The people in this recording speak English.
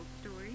story